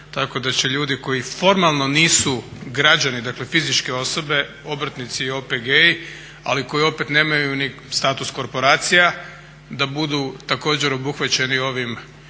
tako da će ljudi koji formalno nisu građani dakle fizičke osobe, obrtnici i OPG-i ali koji opet nemaju ni status korporacija, da budu također obuhvaćeni ovim mjerama